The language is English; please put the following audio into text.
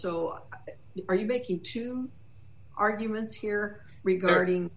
so are you making two arguments here regarding